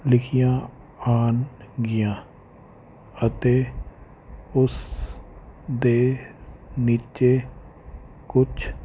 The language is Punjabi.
ਲਿਖੀਆਂ ਆਉਣ ਗੀਆਂ ਅਤੇ ਉਸ ਦੇ ਨੀਚੇ ਕੁਛ